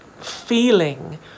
feeling